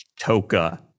toka